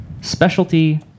specialty